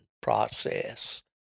process